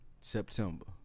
September